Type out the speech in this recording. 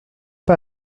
pas